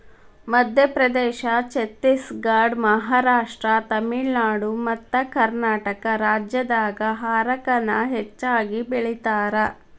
ಮಧ್ಯಪ್ರದೇಶ, ಛತ್ತೇಸಗಡ, ಮಹಾರಾಷ್ಟ್ರ, ತಮಿಳುನಾಡು ಮತ್ತಕರ್ನಾಟಕ ರಾಜ್ಯದಾಗ ಹಾರಕ ನ ಹೆಚ್ಚಗಿ ಬೆಳೇತಾರ